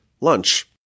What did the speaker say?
lunch